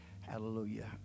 Hallelujah